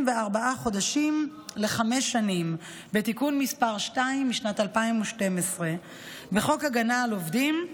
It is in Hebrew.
חודשים לחמש שנים בתיקון מס' 2 משנת 2012. בחוק הגנה על עובדים,